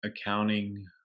accounting